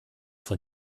von